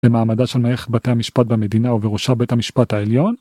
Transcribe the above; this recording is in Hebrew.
במעמדה של מערכת בתי המשפט במדינה ובראשה בית המשפט העליון